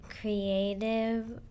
creative